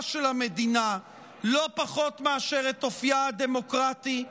של המדינה לא פחות מאשר את אופייה הדמוקרטי?